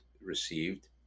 received